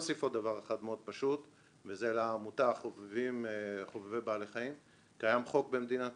בספק גם בגלל העדויות בשני השקפים הקרובים וגם בגלל